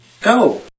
Go